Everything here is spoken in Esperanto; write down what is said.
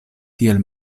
tiel